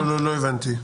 לא הבנתי.